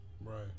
Right